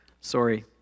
Sorry